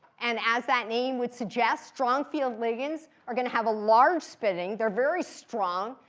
and as that name would suggest, strong field ligands are going to have a large splitting. they're very strong.